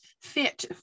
fit